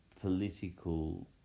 political